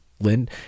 Lynn